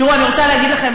אני רוצה להגיד לכם,